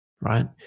right